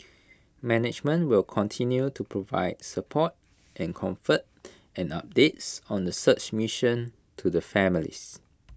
management will continue to provide support and comfort and updates on the search mission to the families